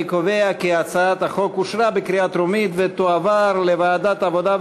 אני קובע כי הצעת החוק אושרה בקריאה הטרומית ותועבר לוועדת העבודה,